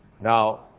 Now